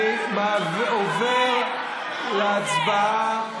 אני עובר להצבעה.